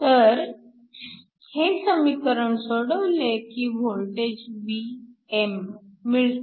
तर हे समीकरण सोडवले की वोल्टेज Vm मिळते